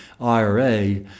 IRA